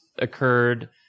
Occurred